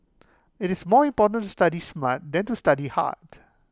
IT is more important to study smart than to study hard